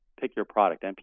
pick-your-product